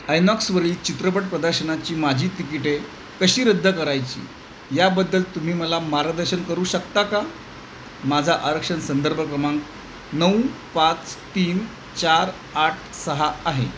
आयनॉक्सवरली चित्रपट प्रदर्शनाची माझी तिकिटे कशी रद्द करायची याबद्दल तुम्ही मला मार्गदर्शन करू शकता का माझा आरक्षण संदर्भ क्रमांक नऊ पाच तीन चार आठ सहा आहे